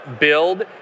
build